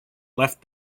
left